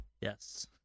Yes